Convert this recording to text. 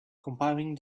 compiling